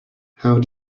how